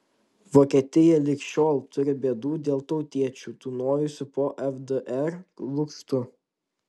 vokietija lig šiol turi bėdų dėl tautiečių tūnojusių po vdr lukštu